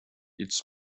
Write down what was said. its